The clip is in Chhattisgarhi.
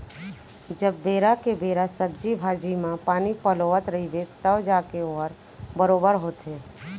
जब बेरा के बेरा सब्जी भाजी म पानी पलोवत रइबे तव जाके वोहर बरोबर होथे